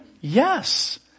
Yes